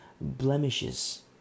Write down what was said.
blemishes